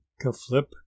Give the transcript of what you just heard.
ka-flip